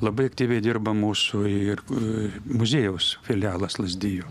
labai aktyviai dirba mūsų ir a muziejaus filialas lazdijų